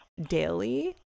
daily